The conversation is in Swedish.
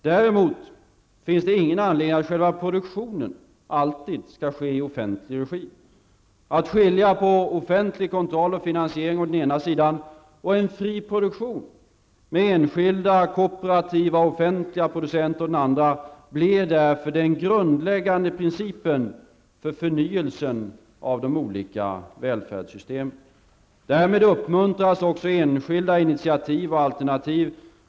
Däremot finns det ingen anledning att själva produktionen alltid skall ske i offentlig regi. Att skilja på offentlig kontroll och finansiering å den ena sidan och en fri produktion med enskilda, kooperativa och offentliga producenter å den andra blir därför den grundläggande principen för förnyelsen av de olika välfärdssystemen. Därmed uppmuntras också enskilda initiativ och alternativ.